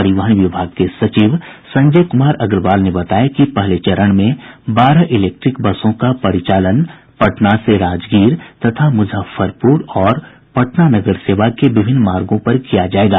परिवहन विभाग के सचिव संजय कुमार अग्रवाल ने बताया कि पहले चरण में बारह इलेक्ट्रिक बसों का परिचालन पटना से राजगीर तथा मूजफ्फरपूर और पटना नगर सेवा के विभिन्न मार्गो पर किया जायेगा